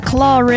Claw